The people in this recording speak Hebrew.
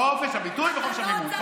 חופש הביטוי, לא חופש המימון.